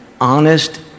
honest